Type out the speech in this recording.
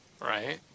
Right